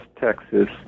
Texas